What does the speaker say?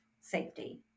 Safety